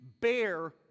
bear